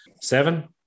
Seven